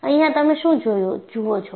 અહીંયા તમે શું જુઓ છો